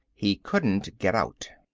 he couldn't get out.